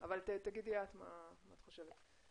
אבל תגידי את מה את חושבת.